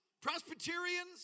Presbyterians